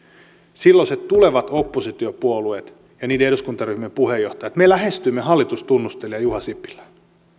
silloiset tulevat oppositiopuolueet ja niiden eduskuntaryhmien puheenjohtajat lähestyimme hallitustunnustelija juha sipilää